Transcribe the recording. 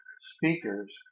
speakers